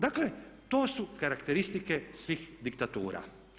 Dakle to su karakteristike svih diktatura.